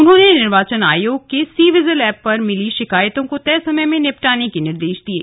उन्होंने निर्वाचन आयोग के सी विजिल एप पर मिली शिकायतों का तय समय में निपटाने के निर्देश दिये